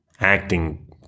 acting